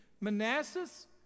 Manassas